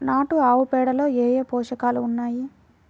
నాటు ఆవుపేడలో ఏ ఏ పోషకాలు ఉన్నాయి?